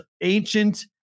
ancient